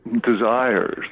desires